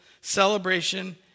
celebration